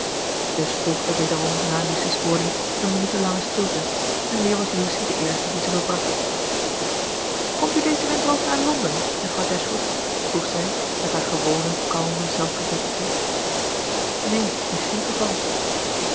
dus volgde wederom na lucy's woorden een minutenlange stilte en weer was lucy de eerste die ze verbrak komt u dezen winter ook naar londen juffrouw dashwood vroeg zij met haar gewone kalme zelfverzekerdheid neen in geen geval